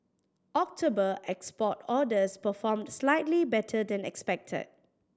October export orders performed slightly better than expected